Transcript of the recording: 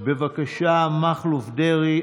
אריה מכלוף דרעי,